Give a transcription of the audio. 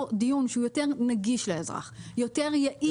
דיון שהוא יותר נגיש לאזרח ויותר יעיל.